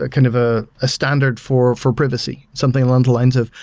ah kind of ah a standard for for privacy. something along the lines of,